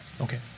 Okay